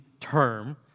term